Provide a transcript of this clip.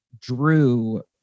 drew